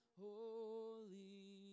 Holy